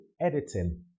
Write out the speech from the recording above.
editing